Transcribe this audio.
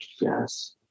Yes